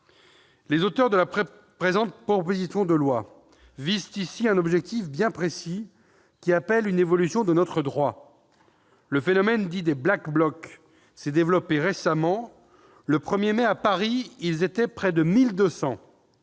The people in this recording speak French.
Les auteurs de la présente proposition de loi visent ici un objectif bien précis, qui appelle une évolution de notre droit. Le phénomène dit des Black Blocs s'est développé récemment. Le 1mai dernier, à Paris, ils étaient près de 1 200.